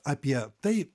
apie tai